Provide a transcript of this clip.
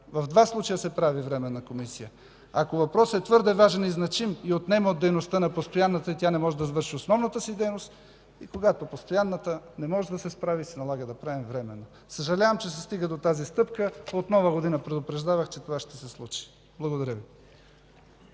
В два случая се прави временна комисия – ако въпросът е твърде важен и значим и отнема от дейността на постоянната и тя не може да върши основната си дейност, и когато постоянната не може да се справи – се налага да правим временна. Съжалявам, че се стига до тази стъпка. От Нова година предупреждавах, че това ще се случи. Благодаря Ви.